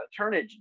Turnage